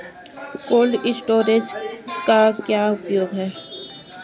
Cold storage का क्या उपयोग है?